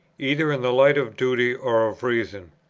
either in the light of duty or of reason.